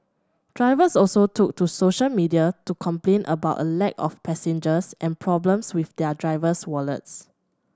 drivers also took to social media to complain about a lack of passengers and problems with their driver's wallets